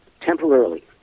temporarily